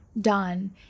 done